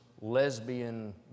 lesbian